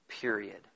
period